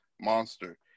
monster